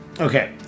Okay